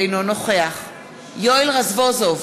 אינו נוכח יואל רזבוזוב,